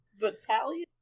battalion